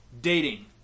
dating